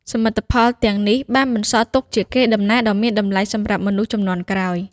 សមិទ្ធផលទាំងនេះបានបន្សល់ទុកជាកេរដំណែលដ៏មានតម្លៃសម្រាប់មនុស្សជំនាន់ក្រោយ។